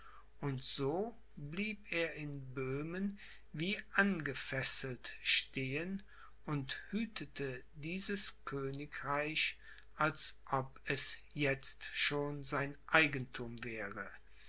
und so blieb er in böhmen wie angefesselt stehen und hütete dieses königreich als ob es jetzt schon sein eigenthum wäre